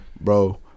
Bro